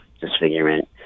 disfigurement